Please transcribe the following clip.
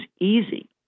easy